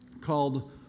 called